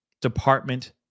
Department